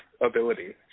ability